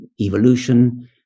evolution